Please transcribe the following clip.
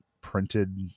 printed